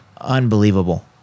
unbelievable